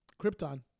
Krypton